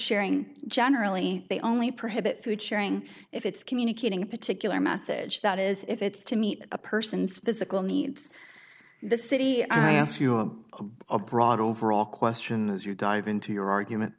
sharing generally they only perhaps food sharing if it's communicating particular message that is if it's to meet a person's physical needs the city i ask you a broad overall question as you dive into your argument